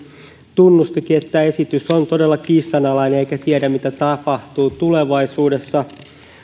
tunnustikin että tämä esitys todella on kiistanalainen eikä tiedä mitä tapahtuu tulevaisuudessa